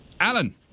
Alan